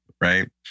right